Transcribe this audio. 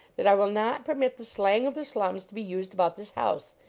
that i will not per mit the slang of the slums to be used about this house.